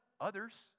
others